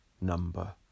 number